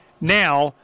now